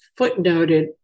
footnoted